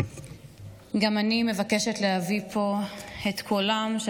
גם אני מבקשת להביא פה את קולם של